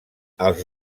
els